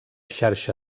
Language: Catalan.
xarxa